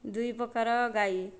ଦୁଇ ପ୍ରକାରର ଗାଈ